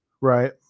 Right